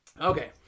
Okay